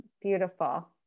Beautiful